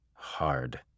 hard